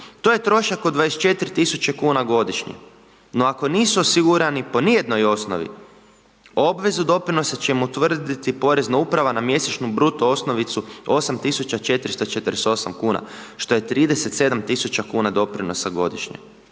To je trošak od 24 tisuće kn godišnje. No ako nisu osigurani po ni jednoj osnovi, obvezu doprinosa će utvrditi porezna uprava na mjesečnu, bruto osnovicu 8448 kn. Što je 37 tisuća kuna doprinosa godišnje